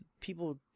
people